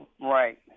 right